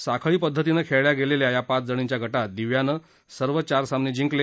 साखळी पदधतीनं खेळल्या गेलेल्या या पाच जर्णीच्या गटात दिव्यानं सर्व चार सामने जिंकले